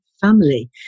family